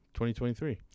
2023